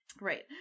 Right